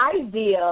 idea